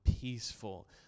peaceful